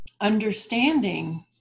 understanding